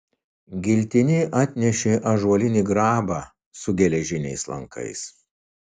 giltinė atnešė ąžuolinį grabą su geležiniais lankais